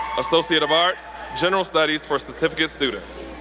associate of arts, general studies for certificate students.